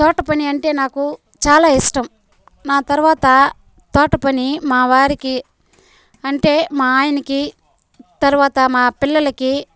తోట పని అంటే నాకు చాలా ఇష్టం నా తర్వాత తోట పని మావారికి అంటే మా ఆయనకి తరువాత మా పిల్లలకి